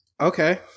Okay